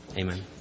Amen